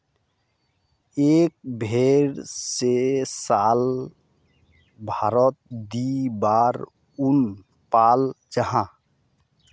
एक भेर से साल भारोत दी बार उन पाल जाहा